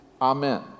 Amen